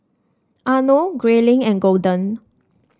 Arno Grayling and Golden